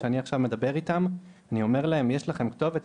כשאני עכשיו מדבר איתם אני אומר להם שיש להם כתובת,